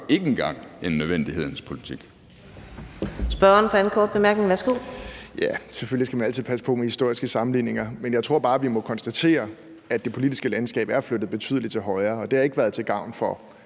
ikke engang en nødvendighedens politik.